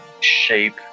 shape